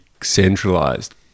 centralized